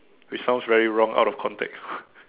it sounds very wrong out of context